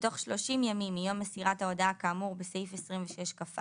בתוך 30 ימים מיום מסירת ההודעה כאמור בסעיף 26כא,